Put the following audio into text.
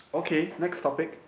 okay next topic